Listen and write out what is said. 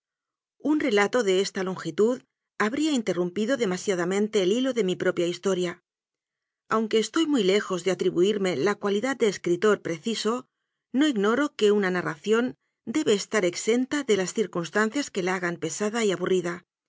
un relato de esta longitud habría interrumpido demasiadamente el hilo de mi propia historia aunque estoy muy lejos de atribuirme la cualidad de escritor preci so no ignoro que una narración debe estar exen ta de las circunstancias que la hagan pesada y aburrida